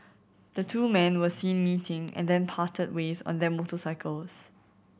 the two men were seen meeting and then parted ways on their motorcycles